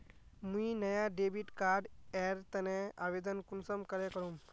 मुई नया debit card एर तने आवेदन कुंसम करे करूम?